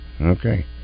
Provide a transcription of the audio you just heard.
Okay